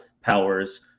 powers